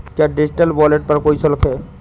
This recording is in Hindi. क्या डिजिटल वॉलेट पर कोई शुल्क है?